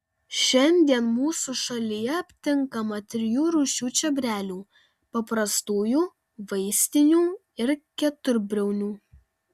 šiandien mūsų šalyje aptinkama trijų rūšių čiobrelių paprastųjų vaistinių ir keturbriaunių